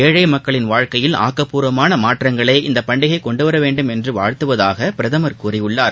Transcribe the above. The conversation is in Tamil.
ஏழ மக்களின் வாழ்க்கையில் ஆக்கப்பூர்வமான மாற்றங்களை இந்த பண்டிகை கொண்டுவர வேண்டுமென்று வாழ்த்துவதாக பிரதமர் கூறியுள்ளார்